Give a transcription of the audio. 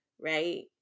right